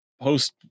post